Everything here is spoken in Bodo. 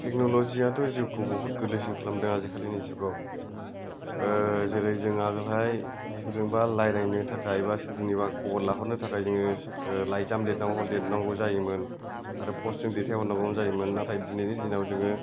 टेक्न'लजि याथ' जिउखौ बहुथ गोरलैसिन खालामदों आजिखालिनि जुगाव ओ जेरै जों आगोलहाय सोरजोंबा रायज्लायनोथाखाय बा सोरनिबा खबर लाहरनोथाखाय जोङो ओ लाइजाम लेरनांगौ जायोमोन आरो पस्ट जों दैथायहरनांगौमोन जायोमोन नाथाय दिनैनि दिनाव जोङो